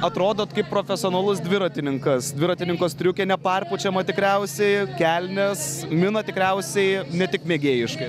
atrodot kaip profesionalus dviratininkas dviratininko striukė neperpučiama tikriausiai kelnes minat tikriausiai ne tik mėgėjiškai